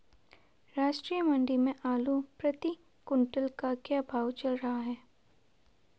राष्ट्रीय मंडी में आलू प्रति कुन्तल का क्या भाव चल रहा है?